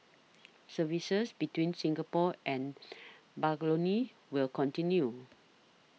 services between Singapore and Barcelona will continue